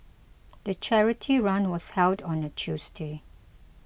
the charity run was held on a Tuesday